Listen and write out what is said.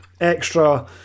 extra